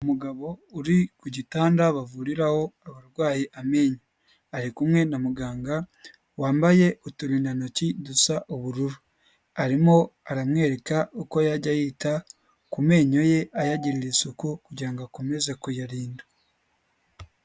Umugabo uri ku gitanda bavuriraho abarwayi amenyo, ari kumwe na muganga wambaye uturindantoki dusa ubururu, arimo aramwereka uko yajya yita ku menyo ye ayagirira isuku kugira ngo akomeze kuyarinda.